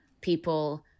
people